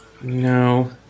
no